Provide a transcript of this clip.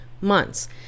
months